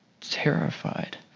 terrified